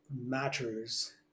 matters